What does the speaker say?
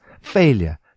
Failure